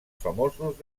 famosos